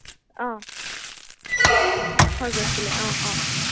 অঁ হৈ গৈছিলে অঁ অঁ